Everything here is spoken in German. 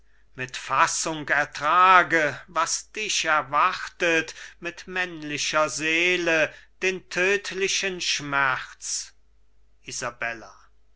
mit fassung ertrage was dich erwartet mit männlicher seele den tödtlichen schmerz isabella